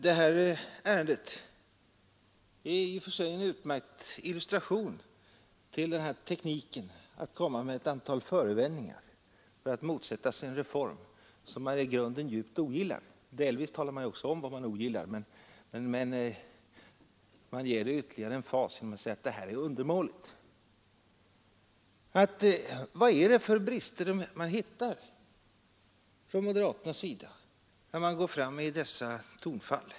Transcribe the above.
Det här ärendet är i och för sig en utmärkt illustration till denna teknik att komma med ett antal förevändningar för att motsätta sig en reform som man i grunden djupt ogillar. Delvis talar man om vad man ogillar, men man för in ytterligare en fas genom att säga att det här förslaget är undermåligt. Vad är det för brister man hittar från moderaternas sida, när man går fram med dessa tonfall?